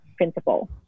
Principle